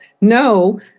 No